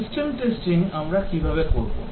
system testing আমরা কীভাবে করব